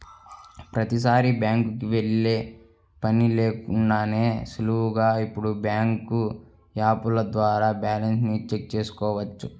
ప్రతీసారీ బ్యాంకుకి వెళ్ళే పని లేకుండానే సులువుగా ఇప్పుడు బ్యాంకు యాపుల ద్వారా బ్యాలెన్స్ ని చెక్ చేసుకోవచ్చు